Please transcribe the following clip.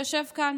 שישב כאן,